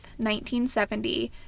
1970